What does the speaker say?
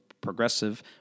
progressive